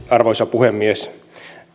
arvoisa puhemies